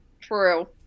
True